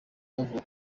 bavuga